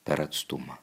per atstumą